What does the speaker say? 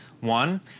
One